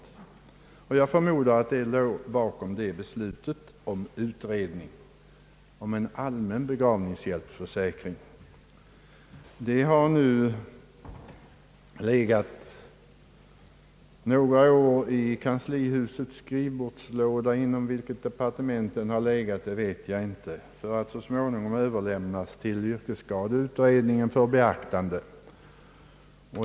Jag förmodar att detta var bakgrunden till beslutet om en utredning om en allmän begravningshjälpsförsäkring. Det har nu legat några år i en skrivbordslåda i kanslihuset — inom vilket departement det har legat vet jag inte — för att så småningom överlämnas till yrkesskadeutredningen för beaktande.